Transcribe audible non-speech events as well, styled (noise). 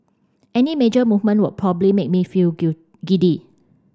any major movement would probably make me feel (unintelligible) giddy